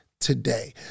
today